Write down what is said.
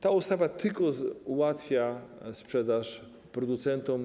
Ta ustawa tylko ułatwia sprzedaż producentom.